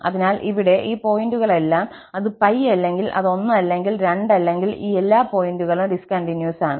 അതിനാൽ ഇവിടെ ഈ പോയിന്റുകളെല്ലാം അത് π അല്ലെങ്കിൽ അത് 1 അല്ലെങ്കിൽ 2 അല്ലെങ്കിൽ ഈ എല്ലാ പോയിന്റുകളും ഡിസ് കണ്ടിന്യൂസ് ആണ്